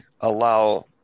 allow